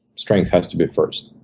strength has to be first.